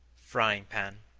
frying-pan,